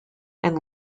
and